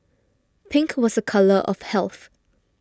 pink was a colour of health